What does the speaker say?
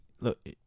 look